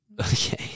Okay